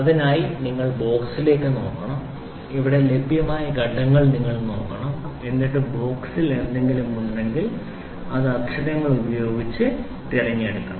അതിനാൽ നിങ്ങൾ ബോക്സിലേക്ക് നോക്കണം ഇവിടെ ലഭ്യമായ ഘട്ടങ്ങൾ നിങ്ങൾ നോക്കണം എന്നിട്ട് ബോക്സിൽ എന്തെങ്കിലുമുണ്ടെങ്കിൽ അത് അക്ഷരങ്ങൾ ഉപയോഗിച്ച് തിരഞ്ഞെടുക്കണം